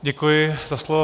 Děkuji za slovo.